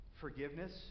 forgiveness